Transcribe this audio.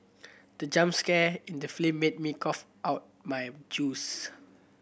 the jump scare in the made me cough out my juice